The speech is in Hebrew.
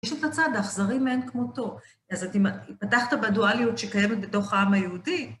יש את הצד האכזרי מעין כמותו. אז אם פתחת בדואליות שקיימת בתוך העם היהודי...